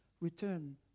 return